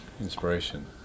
inspiration